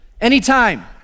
Anytime